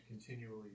continually